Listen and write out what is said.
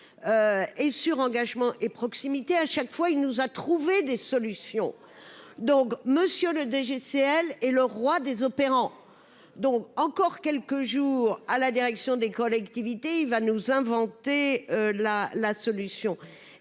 et sur engagement et proximité à chaque fois, il nous a trouvé des solutions donc Monsieur le DGCL et le roi des opérant donc encore quelques jours à la direction des collectivités, il va nous inventer la la solution